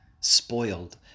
spoiled